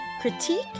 critique